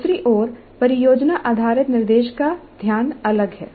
दूसरी ओर परियोजना आधारित निर्देश का ध्यान अलग है